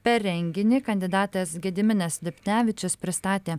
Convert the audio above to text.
per renginį kandidatas gediminas lipnevičius pristatė